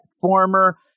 former